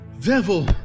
devil